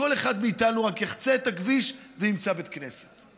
כל אחד מאיתנו רק יחצה את הכביש וימצא בית כנסת.